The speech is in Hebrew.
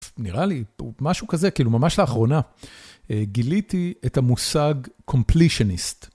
נראה לי, משהו כזה, כאילו ממש לאחרונה גיליתי את המושג Completionist.